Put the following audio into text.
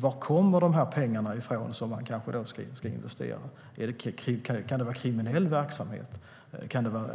Var kommer de pengar ifrån som kanske ska investeras? Kan de komma från kriminell verksamhet, kan det vara